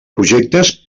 projectes